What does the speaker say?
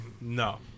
No